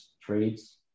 trades